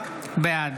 בעד